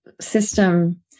system